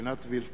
עינת וילף,